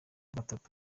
gatatu